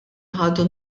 ħadu